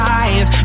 eyes